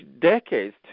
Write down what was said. decades